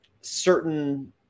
certain